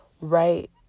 Right